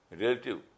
relative